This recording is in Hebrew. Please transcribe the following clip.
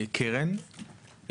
אבל במטרה,